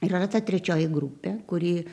ir yra ta trečioji grupė kuri